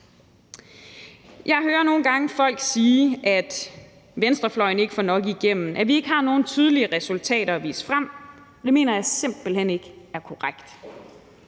Jeg hører nogle gange folk sige, at venstrefløjen ikke får nok igennem, at vi ikke har nogen tydelige resultater at vise frem, men det mener jeg simpelt hen ikke er korrekt.